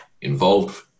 involved